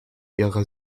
ihre